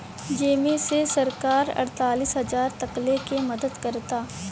जेमे से सरकार अड़तालीस हजार तकले के मदद करता